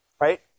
right